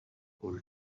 whole